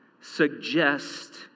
suggest